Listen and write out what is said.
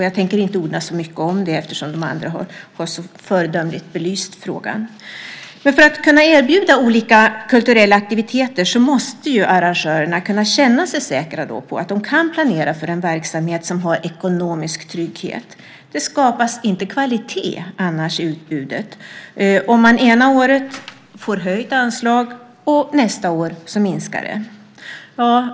Jag tänker inte orda så mycket om det eftersom andra så föredömligt har belyst frågan. För att kunna erbjuda olika kulturella aktiviteter måste arrangörerna kunna känna sig säkra på att de kan planera för en verksamhet som har ekonomisk trygghet. Det skapas inte kvalitet i utbudet om man ena året får höjt anslag och nästa år minskat.